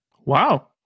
Wow